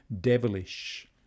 devilish